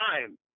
time